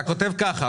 אתה כותב ככה,